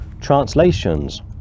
translations